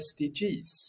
SDGs